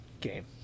game